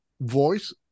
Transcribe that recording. voice